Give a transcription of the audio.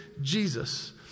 Jesus